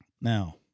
Now